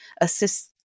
assist